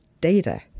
data